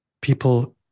people